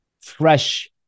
fresh